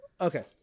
Okay